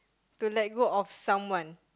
to let go of someone